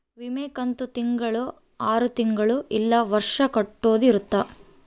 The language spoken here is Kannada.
ವಿಮೆ ಕಂತು ತಿಂಗಳ ಆರು ತಿಂಗಳ ಇಲ್ಲ ವರ್ಷ ಕಟ್ಟೋದ ಇರುತ್ತ